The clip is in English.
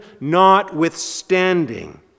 notwithstanding